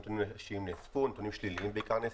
הנתונים שנאספו הם נתונים שליליים בעיקר,